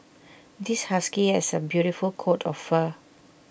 this husky has A beautiful coat of fur